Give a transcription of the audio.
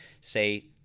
say